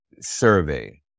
survey